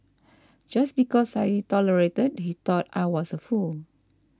just because I tolerated he thought I was a fool